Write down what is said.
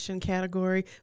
category